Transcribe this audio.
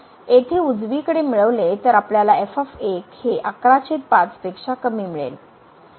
तर आपण येथे उजवीकडे मिळवले तर आपल्याला f हे 115 पेक्षा कमी मिळेल